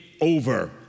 over